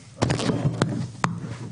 הממשלה.